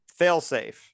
Failsafe